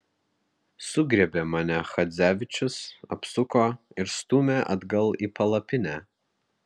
sugriebė mane chadzevičius apsuko ir stūmė atgal į palapinę